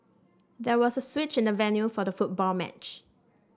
there was a switch in the venue for the football match